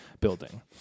building